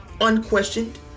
unquestioned